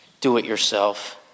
do-it-yourself